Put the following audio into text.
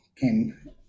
came